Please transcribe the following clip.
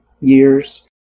years